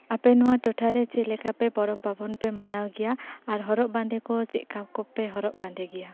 ᱟᱯᱮ ᱱᱚᱣᱟ ᱴᱚᱴᱷᱟ ᱨᱮ ᱪᱮᱫ ᱞᱮᱠᱟ ᱯᱮ ᱯᱚᱨᱚᱵᱽ ᱯᱟᱨᱵᱚᱱ ᱯᱮ ᱢᱟᱱᱟᱣ ᱜᱮᱭᱟ ᱟᱨ ᱦᱚᱨᱚᱜ ᱵᱟᱸᱫᱮ ᱠᱚ ᱪᱮᱫ ᱞᱮᱠᱟ ᱠᱚᱯᱮ ᱦᱚᱨᱚᱜ ᱵᱟᱸᱫᱮ ᱜᱮᱭᱟ